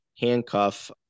handcuff